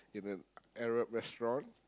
in a Arab restaurant